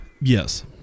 Yes